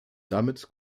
damit